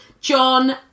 John